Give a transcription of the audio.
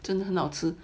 真的很好吃